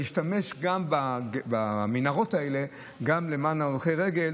ולהשתמש במנהרות האלה גם למען הולכי הרגל,